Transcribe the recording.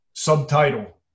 Subtitle